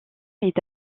est